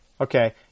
Okay